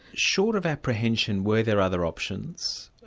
short of apprehension, were there other options?